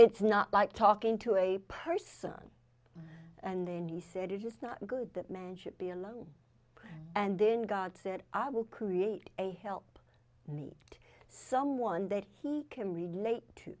it's not like talking to a person and then you said it is not good that man should be alone and then god said i will create a help me someone that can relate to